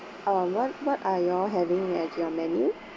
um what what are you all having at your menu